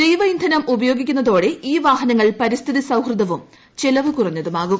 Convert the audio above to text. ജൈവ ഇന്ധനം ഉപയ്യോഗിക്കുന്നതോടെ ഈ വാഹനങ്ങൾ പരിസ്ഥിതി സൌഹൃദവും ് ചെലവു കുറഞ്ഞതുമാകും